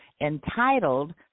entitled